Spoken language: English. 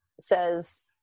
says